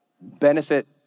Benefit